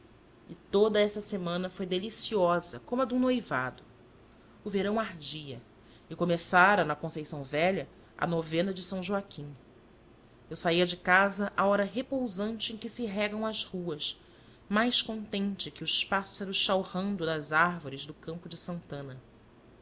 e toda essa semana foi deliciosa como a de um noivado o verão ardia e começara na conceição velha a novena de são joaquim eu saía de casa à hora repousante em que se regam as ruas mais contente que os pássaros chalrando nas árvores do campo de santana